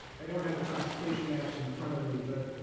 i don't have the classification maps in front of me, but